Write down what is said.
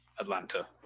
Atlanta